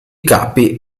capi